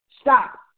stop